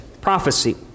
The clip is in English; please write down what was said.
Prophecy